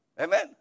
Amen